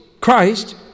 Christ